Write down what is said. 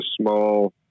small